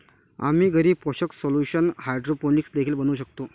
आम्ही घरी पोषक सोल्यूशन हायड्रोपोनिक्स देखील बनवू शकतो